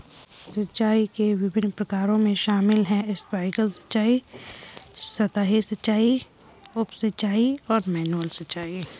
सिंचाई के विभिन्न प्रकारों में शामिल है स्प्रिंकलर सिंचाई, सतही सिंचाई, उप सिंचाई और मैनुअल सिंचाई